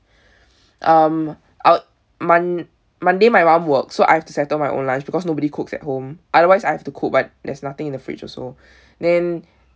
um I'll mon~ monday my mum works so I've to settle my own lunch because nobody cooks at home otherwise I have to cook but there's nothing in the fridge also then